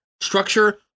structure